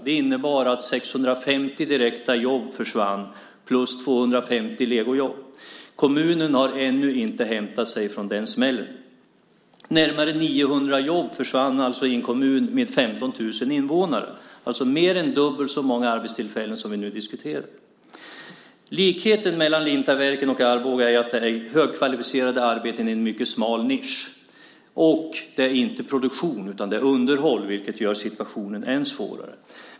Det innebar att 650 direkta jobb försvann plus 250 legojobb. Kommunen har ännu inte hämtat sig från den smällen. Närmare 900 jobb försvann alltså i en kommun med 15 000 invånare, alltså mer än dubbelt så många arbetstillfällen som vi nu diskuterar. Likheten med Lintaverken och Arboga är att det är högkvalificerade arbeten i en mycket smal nisch och att det inte är produktion utan underhåll. Det gör situationen ännu svårare.